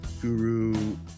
guru